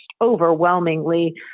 overwhelmingly